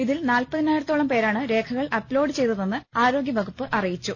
ഇതിൽ നാല്പതിനായിരത്തോളം പേരാണ് രേഖകൾ അപ്ലോഡ് ചെയ്തതെന്ന് ആരോഗ്യവകുപ്പ് അറിയിച്ചു